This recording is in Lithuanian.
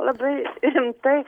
labai rimtai